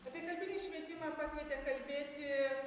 apie švietimą pakvietė kalbėti